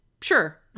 sure